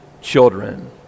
children